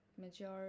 major